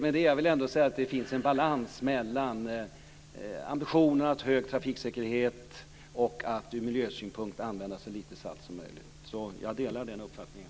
Med detta vill jag säga att det finns en balans mellan ambitionen att ha hög trafiksäkerhet och att från miljösynpunkt använda så lite salt som möjligt. Jag delar den uppfattningen.